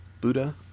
Buddha